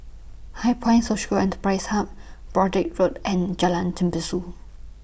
HighPoint Social Enterprise Hub Broadrick Road and Jalan Tembusu